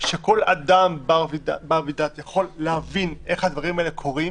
שכל אדם בר דעת יכול להבין איך הדברים האלה קורים